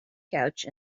couch